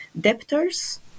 debtors